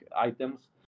items